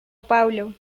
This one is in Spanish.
paulo